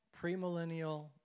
premillennial